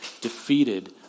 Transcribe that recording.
defeated